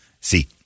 See